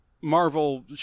marvel